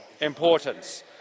importance